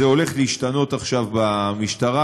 זה הולך להשתנות עכשיו במשטרה,